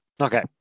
Okay